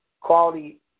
quality